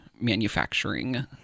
manufacturing